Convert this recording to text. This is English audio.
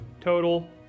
total